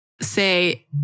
say